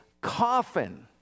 coffin